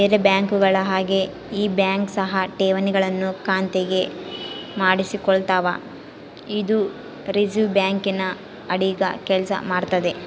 ಬೇರೆ ಬ್ಯಾಂಕುಗಳ ಹಾಗೆ ಈ ಬ್ಯಾಂಕ್ ಸಹ ಠೇವಣಿಗಳನ್ನು ಖಾತೆಗೆ ಮಾಡಿಸಿಕೊಳ್ತಾವ ಇದು ರಿಸೆರ್ವೆ ಬ್ಯಾಂಕಿನ ಅಡಿಗ ಕೆಲ್ಸ ಮಾಡ್ತದೆ